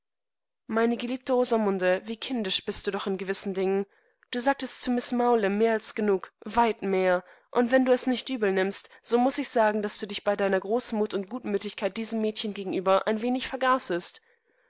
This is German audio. meine geliebte rosamunde wie kindisch bist du doch in gewissen dingen du sagtest zu miß mowlem mehr als genug weit mehr und wenn du es nicht übel nimmst so muß ich sagen daß du dich bei deiner großmut und gutmütigkeit diesem mädchengegenübereinwenigvergaßest